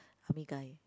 army guy